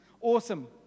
Awesome